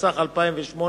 התשס"ח 2008,